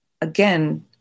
again